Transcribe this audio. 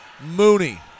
Mooney